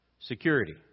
Security